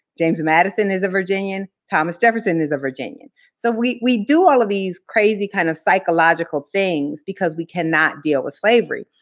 james madison is a virginian, thomas jefferson is a virginian. so we do all of these crazy kind of psychological things because we cannot deal with slavery.